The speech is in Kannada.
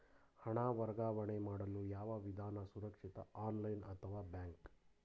ಹಣ ವರ್ಗಾವಣೆ ಮಾಡಲು ಯಾವ ವಿಧಾನ ಸುರಕ್ಷಿತ ಆನ್ಲೈನ್ ಅಥವಾ ಬ್ಯಾಂಕ್?